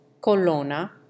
Colonna